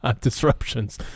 Disruptions